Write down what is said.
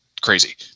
crazy